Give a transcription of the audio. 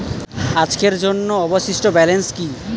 আজকের জন্য অবশিষ্ট ব্যালেন্স কি?